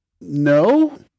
no